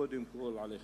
וקודם כול לכם.